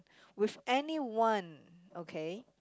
with anyone okay